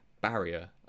barrier